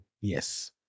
Yes